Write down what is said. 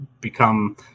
become